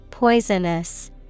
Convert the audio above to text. Poisonous